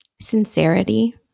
sincerity